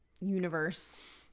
universe